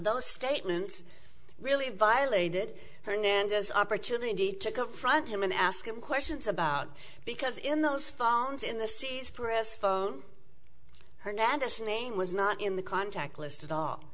those statements really violated hernandez opportunity to cover front him and ask him questions about because in those found in the c s press phone hernandez name was not in the contact list at all